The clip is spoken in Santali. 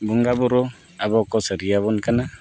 ᱵᱚᱸᱜᱟᱼᱵᱩᱨᱩ ᱟᱵᱚ ᱠᱚ ᱥᱟᱹᱠᱷᱤᱭᱟᱵᱚᱱ ᱠᱟᱱᱟ